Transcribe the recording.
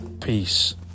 Peace